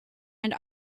and